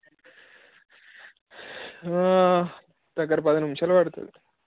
దగ్గర పది నిముషాలు పడుతుంది